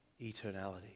eternality